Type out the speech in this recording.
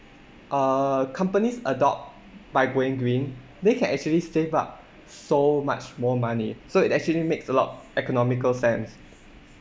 uh companies adopt by going green they can actually save up so much more money so it actually makes a lot economical sense